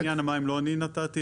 את ההשוואה למים לא אני נתתי.